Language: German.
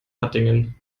hattingen